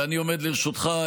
ואני עומד לרשותך,